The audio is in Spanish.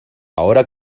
ahora